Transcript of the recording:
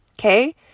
Okay